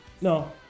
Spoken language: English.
no